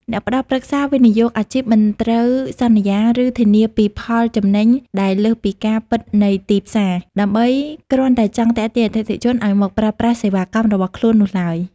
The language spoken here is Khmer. អ្នកផ្ដល់ប្រឹក្សាវិនិយោគអាជីពមិនត្រូវសន្យា ឬធានាពីផលចំណេញដែលលើសពីការពិតនៃទីផ្សារ ដើម្បីគ្រាន់តែចង់ទាក់ទាញអតិថិជនឱ្យមកប្រើប្រាស់សេវាកម្មរបស់ខ្លួននោះឡើយ។